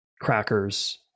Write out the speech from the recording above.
crackers